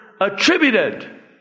attributed